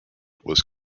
was